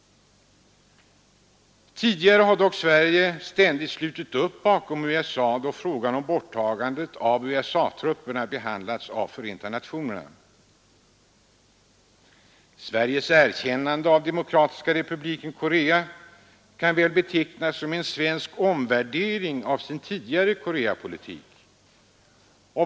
Tidigare har dock Sverige ständigt slutit upp bakom USA då frågan om bortdragande av USA-trupperna behandlats av FN. Sveriges erkännande av Demokratiska republiken Korea kan väl betecknas som en svensk omvärdering av Sveriges tidigare Koreapolitik.